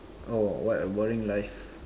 oh what a boring life